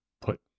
put